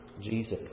Jesus